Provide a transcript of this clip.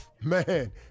Man